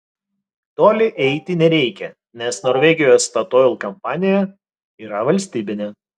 toli eiti nereikia nes norvegijos statoil kompanija yra valstybinė